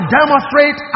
demonstrate